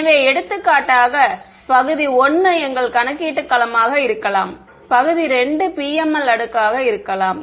எனவே எடுத்துக்காட்டாக பகுதி 1 எங்கள் கணக்கீட்டு களமாக இருக்கலாம் பகுதி 2 PML அடுக்காக இருக்கலாம்